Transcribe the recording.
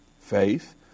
faith